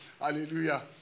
Hallelujah